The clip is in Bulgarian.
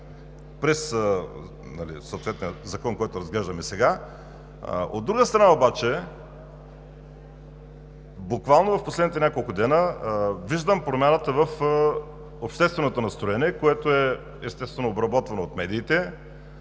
през съответния закон, който разглеждаме сега. От друга страна обаче, буквално в последните няколко дни виждам промяната в общественото настроение, което, естествено, е обработвано от медиите.